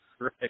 Right